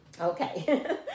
Okay